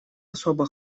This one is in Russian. особо